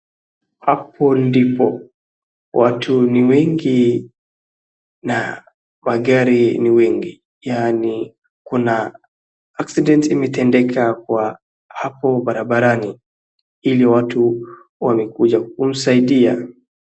Hapo dipo watu n wengi na wagari ni wengi, yaani kuna accident imetendeka kwa hapo barabarani. Ili watu wamekuja kumsaidia.